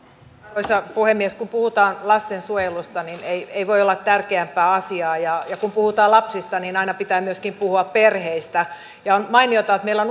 arvoisa puhemies kun puhutaan lastensuojelusta niin ei ei voi olla tärkeämpää asiaa ja kun puhutaan lapsista niin aina pitää myöskin puhua perheistä ja on mainiota että meillä